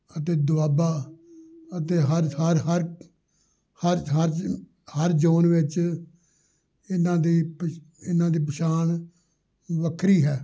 ਅਤੇ ਦੁਆਬਾ ਅਤੇ ਹਰ ਹਰ ਹਰ ਹਰ ਹਰ ਹਰ ਜੋਨ ਵਿੱਚ ਇਹਨਾਂ ਦੀ ਪ ਇਹਨਾਂ ਦੀ ਪਛਾਣ ਵੱਖਰੀ ਹੈ